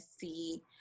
see